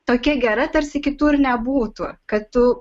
tokia gera tarsi kitų ir nebūtų kad tu